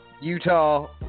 Utah